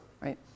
right